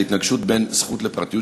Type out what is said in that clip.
זו התנגשות בין זכות לפרטיות,